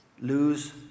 Lose